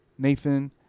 Nathan